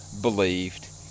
believed